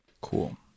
cool